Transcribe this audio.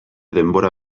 denbora